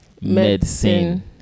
medicine